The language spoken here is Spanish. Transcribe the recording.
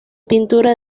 pintura